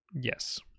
Yes